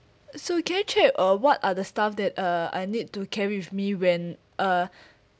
so can I check uh what are the stuff that uh I need to carry with me when uh